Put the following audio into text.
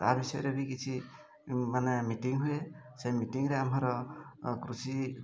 ତା ବିଷୟରେ ବି କିଛି ମାନେ ମିଟିଂ ହୁଏ ସେ ମିଟିଂରେ ଆମର କୃଷି